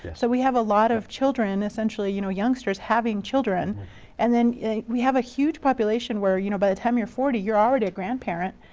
so we have a lot of children, and essentially, you know youngsters having children and then we have a huge population where you know by the time you're forty, you're already a grandparent.